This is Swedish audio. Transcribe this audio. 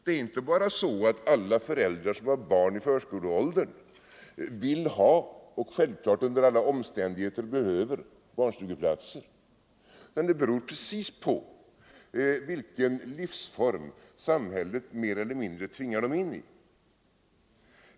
Det är inte bara så att alla föräldrar med barn i förskoleåldern vill ha och självklart under alla omständigheter behöver barnstugeplatser, utan det beror alldeles på vilken livsform samhället mer eller mindre tvingar dem in i.